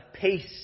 peace